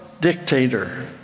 dictator